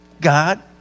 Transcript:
God